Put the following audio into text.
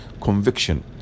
conviction